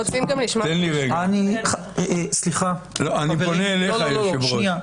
אני פונה אליך, היושב-ראש.